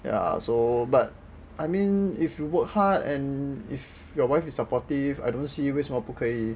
ya so but I mean if you work hard and if your wife is supportive I don't see 为什么不可以